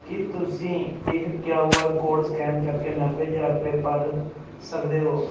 ਕੀ ਤੁਸੀਂ ਇਹ Q R code scan ਕਰਕੇ ਨੱਬੇ ਹਜ਼ਾਰ ਰੁਪਏ ਭਰ ਸਕਦੇ ਹੋ